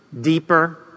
deeper